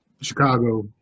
Chicago